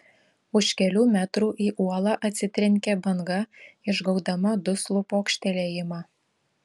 už kelių metrų į uolą atsitrenkė banga išgaudama duslų pokštelėjimą